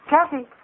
Kathy